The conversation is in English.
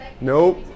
Nope